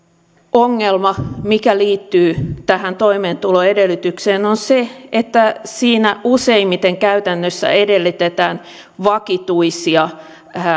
ongelma mikä liittyy tähän toimeentuloedellytykseen on se että siinä useimmiten käytännössä edellytetään vakituisia